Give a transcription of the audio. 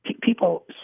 People